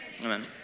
Amen